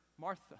Martha